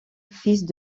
fils